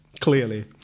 clearly